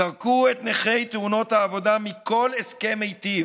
זרקו את נכי תאונות העבודה מכל הסכם מיטיב,